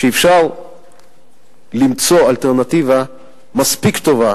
שאפשר למצוא אלטרנטיבה מספיק טובה